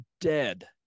dead